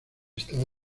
estaba